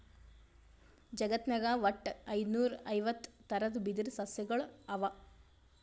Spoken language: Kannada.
ಜಗತ್ನಾಗ್ ವಟ್ಟ್ ಐದುನೂರಾ ಐವತ್ತ್ ಥರದ್ ಬಿದಿರ್ ಸಸ್ಯಗೊಳ್ ಅವಾ